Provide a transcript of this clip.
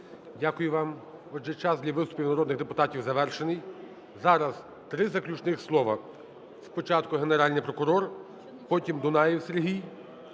Дякую вам. Отже, час для виступів народних депутатів завершений. Зараз три заключних слова: спочатку Генеральний прокурор, потім Дунаєв Сергій,